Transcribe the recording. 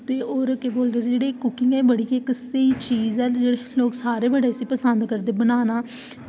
होर जेह्ड़ी कुकिंग ऐ एह् बड़ी गै स्हेई चीज़ ऐ लोग सारे उसी पसंद करदे बनाना